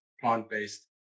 plant-based